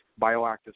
bioactive